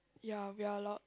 ya we're a lot